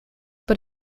but